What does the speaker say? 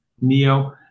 NEO